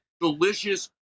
delicious